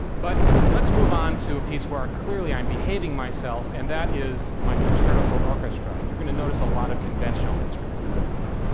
but let's move on to a piece where clearly i'm behaving myself, and that is my concerto for orchestra. you're going to notice a lot of conventional instruments in this clip.